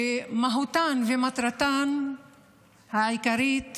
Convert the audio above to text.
שמהותן ומטרתן העיקרית